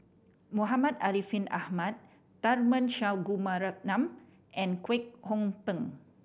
Muhammad Ariff Ahmad Tharman Shanmugaratnam and Kwek Hong Png